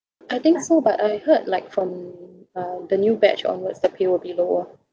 I think so but I heard like from uh the new batch onwards the pay will be lower